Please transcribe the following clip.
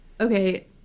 okay